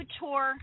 tour